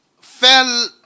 fell